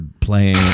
playing